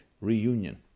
reunion